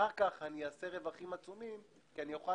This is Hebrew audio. אחר כך אני אעשה רווחים עצומים כי אני אוכל